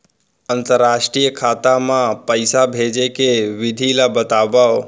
अंतरराष्ट्रीय खाता मा पइसा भेजे के विधि ला बतावव?